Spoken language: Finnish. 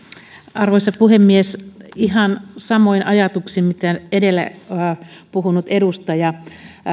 arvoisa puhemies ihan samoin ajatuksin kuin edellä puhunut edustaja